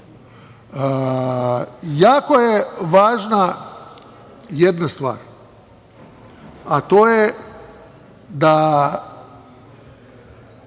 je važna jedna stvar, a to je da